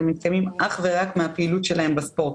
הם מתקיימים אך ורק מהפעילות שלהם בספורט.